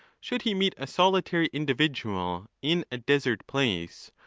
should he meet a solitary individual in a desert place,